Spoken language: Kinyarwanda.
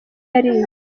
yariye